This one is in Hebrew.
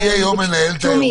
אם הם טיפלו בזה